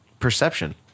Perception